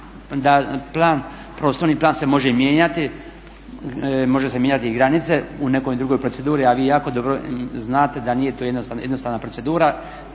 da prostorni plan se može mijenjati, može se mijenjati granice u nekoj drugoj proceduri, a vi jako dobro znate da nije to jednostavna procedura